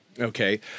Okay